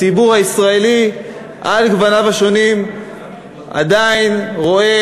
הציבור הישראלי על גווניו השונים עדיין רואה